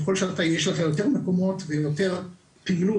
ככל שיש לכם יותר מקומות ויותר פעילות,